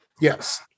Yes